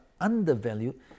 undervalued